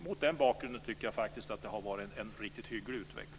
Mot den här bakgrunden tycker jag faktiskt att det har varit en riktigt hygglig utveckling.